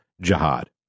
jihad